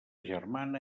germana